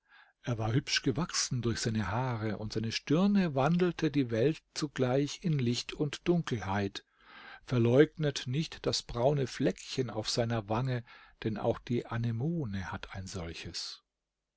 er war hübsch gewachsen durch seine haare und seine stirne wandelte die welt zugleich in licht und dunkelheit verleugnet nicht das braune fleckchen auf seiner wange denn auch die anemone hat ein solches